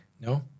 No